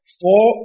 four